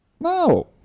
No